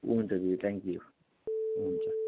हुन्छ दिदी thank you हुन्छ